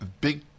big